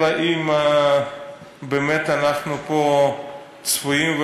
אלא אם באמת אנחנו צפויים פה,